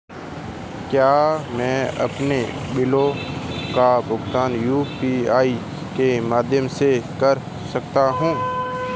क्या मैं अपने बिलों का भुगतान यू.पी.आई के माध्यम से कर सकता हूँ?